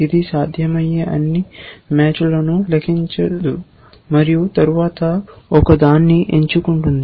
ఇది సాధ్యమయ్యే అన్ని మ్యాచ్లను లెక్కించదు మరియు తరువాత ఒకదాన్ని ఎంచుకుంటుంది